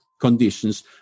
conditions